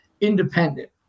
independent